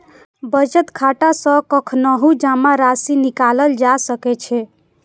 बचत खाता सं कखनहुं जमा राशि निकालल जा सकै छै